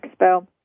Expo